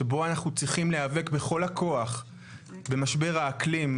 שבו אנחנו צריכים להיאבק בכל הכוח במשבר האקלים,